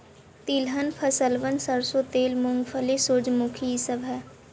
तिलहन फसलबन सरसों तेल, मूंगफली, सूर्यमुखी ई सब हई